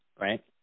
right